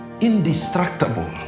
indestructible